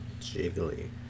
Jiggly